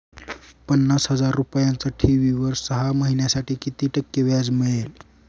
पन्नास हजार रुपयांच्या ठेवीवर सहा महिन्यांसाठी किती टक्के व्याज मिळेल?